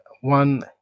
one